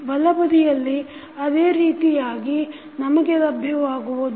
ಬಲಬದಿಯಲ್ಲಿ ಅದೇ ರೀತಿಯಾಗಿ ನಮಗೆ ಲಭ್ಯವಾಗುವುದು